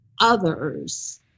others